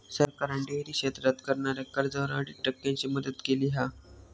सरकारान डेअरी क्षेत्रात करणाऱ्याक कर्जावर अडीच टक्क्यांची मदत केली हा